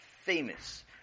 famous